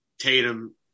Tatum